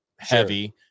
heavy